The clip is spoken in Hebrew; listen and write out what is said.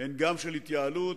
הן גם של התייעלות.